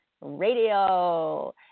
radio